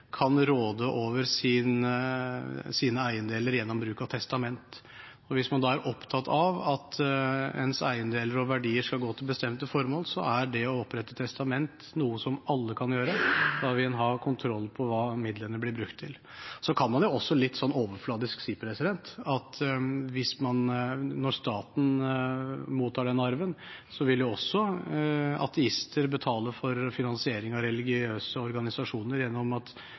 kan råde over sine eiendeler gjennom bruk av testament. Hvis man er opptatt av at ens eiendeler og verdier skal gå til bestemte formål, er det å opprette et testament noe som alle kan gjøre. Da vil man ha kontroll på hva midlene blir brukt til. Så kan man litt overflatisk si at når staten mottar arv, vil også ateister betale for finansiering av religiøse organisasjoner gjennom at